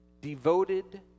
devoted